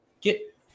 get